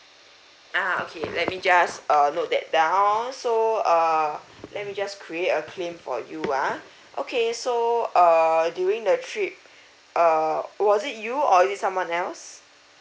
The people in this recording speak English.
ah okay let me just uh note that down so err let me just create a claim for you ah okay so err during the trip uh was it you or is it someone else